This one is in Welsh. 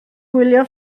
gwylio